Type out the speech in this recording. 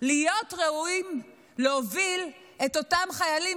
להיות ראויים להוביל את אותם חיילים